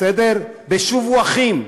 ב"שובו אחים"